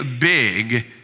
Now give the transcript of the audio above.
big